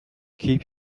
keep